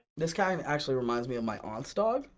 this guy actually reminds me of my aunt's dog,